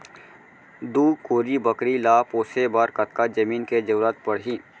दू कोरी बकरी ला पोसे बर कतका जमीन के जरूरत पढही?